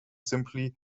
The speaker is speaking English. simply